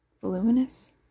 Voluminous